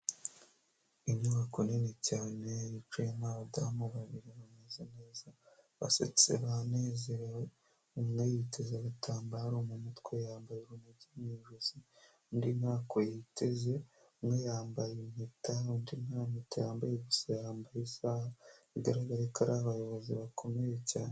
Inyubako nini cyane yicayemo abadamu babiri bameze neza, basetse banezerewe, umwe yiteza agatambaro mu mutwe, yambaye urunigi mu ijosi, undi ntako yiteze. Umwe yambaye impeta undi nta mpeta yambaye gusa yambaye isaha, bigaragare ko ari abayobozi bakomeye cyane.